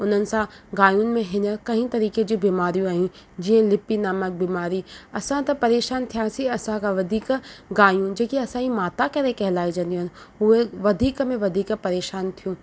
उन्हनि सां गांयुनि में हींअर कई तरीक़े जूं बीमारियूं आहियूं जीअं लिपी नामक बीमारी असां त परेशान थियासीं असां खां वधीक गांयूं जेकी असां जी माता करे कहिलाइजंदियूं आहिनि उहे वधीक में वधीक परेशान थियूं